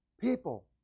people